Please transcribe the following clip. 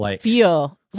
feel